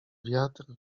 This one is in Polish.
wiatr